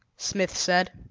smith said.